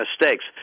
mistakes